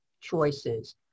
choices